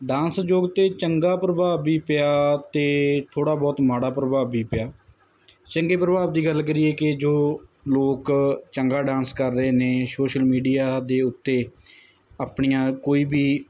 dance ਯੋਗ 'ਤੇ ਚੰਗਾ ਪ੍ਰਭਾਵ ਵੀ ਪਿਆ ਅਤੇ ਥੋੜ੍ਹਾ ਬਹੁਤ ਮਾੜਾ ਪ੍ਰਭਾਵ ਵੀ ਪਿਆ ਚੰਗੇ ਪ੍ਰਭਾਵ ਦੀ ਗੱਲ ਕਰੀਏ ਕਿ ਜੋ ਲੋਕ ਚੰਗਾ ਡਾਂਸ ਕਰ ਰਹੇ ਨੇ ਸੋਸ਼ਲ ਮੀਡੀਆ ਦੇ ਉੱਤੇ ਆਪਣੀਆਂ ਕੋਈ ਵੀ